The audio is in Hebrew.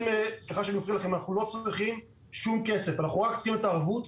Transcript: אנחנו לא צריכים כסף, אנחנו צריכים רק ערבות.